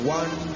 one